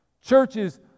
Churches